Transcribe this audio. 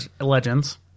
Legends